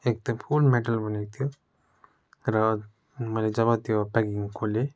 एकदम full metal भनेको थियो र मैले जब त्यो प्याकिङ खोलेँ